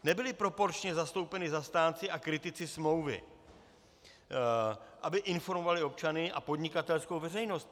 Nebyli proporčně zastoupeni zastánci a kritici smlouvy, aby informovali občany a podnikatelskou veřejnost.